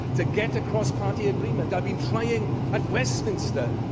to get a cross-party agreement. i've been trying at westminster.